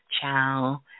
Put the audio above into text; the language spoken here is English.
Ciao